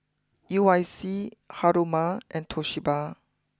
U I C Haruma and Toshiba